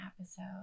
episode